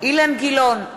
אילן גילאון,